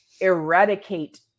eradicate